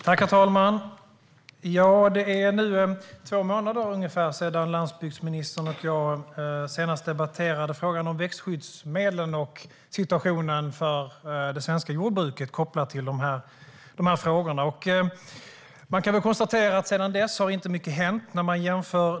Herr talman! Det är ungefär två månader sedan landsbygdsministern och jag senast debatterade frågan om växtskyddsmedlen och situationen för det svenska jordbruket kopplad till den frågan. Man kan väl konstatera att det inte har hänt mycket sedan dess.